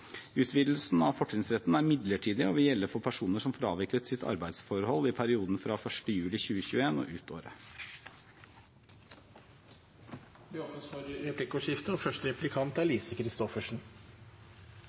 Utvidelsen av fortrinnsretten er midlertidig og vil gjelde for personer som får avviklet sitt arbeidsforhold i perioden fra 1. juli 2021 og ut året. Det blir replikkordskifte.